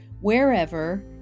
wherever